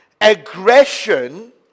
aggression